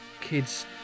kids